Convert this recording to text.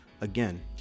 again